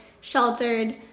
sheltered